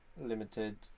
limited